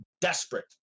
desperate